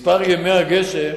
מספר ימי הגשם